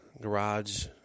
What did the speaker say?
garage